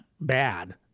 bad